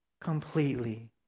completely